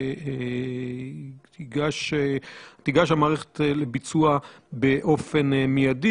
תיגש המערכת לביצוע באופן מיידי.